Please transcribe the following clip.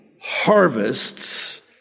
harvests